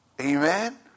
Amen